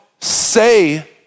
say